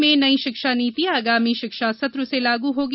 प्रदेश में नई शिक्षा नीति आगामी शिक्षासत्र से लागू होगी